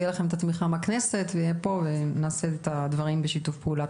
תהיה לכם תמיכה מן הכנסת ונעשה את הדברים בשיתוף פעולה.